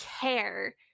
care